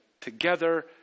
together